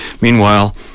Meanwhile